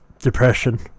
Depression